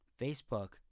Facebook